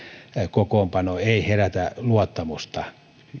kokoonpano ei herätä luottamusta